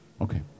Okay